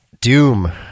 Doom